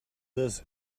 does